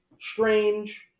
Strange